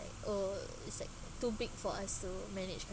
like oh it's like too big for us to manage kind